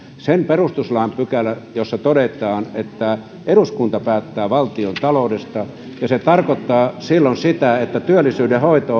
sen perustuslain pykälän jossa todetaan että eduskunta päättää valtiontaloudesta ja se tarkoittaa silloin sitä että työllisyyden hoito